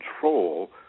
control